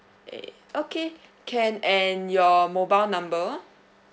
A okay can and your mobile number